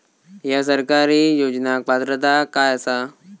हया सरकारी योजनाक पात्रता काय आसा?